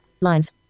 Lines